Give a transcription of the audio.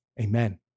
amen